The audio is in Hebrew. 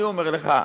אני אומר לך,